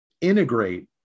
integrate